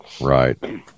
Right